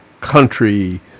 country